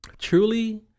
Truly